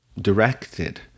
directed